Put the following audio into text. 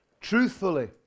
truthfully